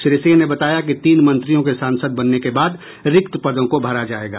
श्री सिंह ने बताया कि तीन मंत्रियों के सांसद बनने के बाद रिक्त पदों को भरा जायेगा